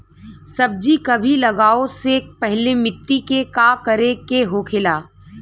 सब्जी कभी लगाओ से पहले मिट्टी के का करे के होखे ला?